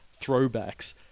throwbacks